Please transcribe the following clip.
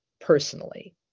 personally